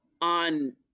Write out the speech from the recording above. on